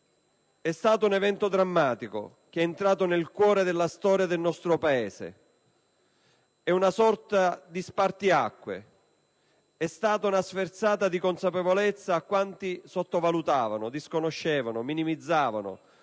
È stato un evento drammatico che è entrato nel cuore della storia del nostro Paese: rappresenta una sorta di spartiacque. È stata una sferzata di consapevolezza a quanti sottovalutavano, disconoscevano, minimizzavano